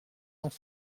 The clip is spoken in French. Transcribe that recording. dans